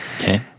Okay